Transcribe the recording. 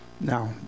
Now